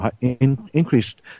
increased